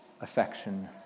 affection